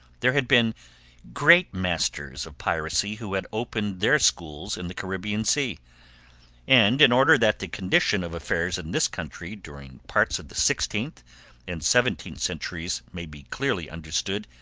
there had been great masters of piracy who had opened their schools in the caribbean sea and in order that the condition of affairs in this country during parts of the sixteenth and seventeenth centuries may be clearly understood,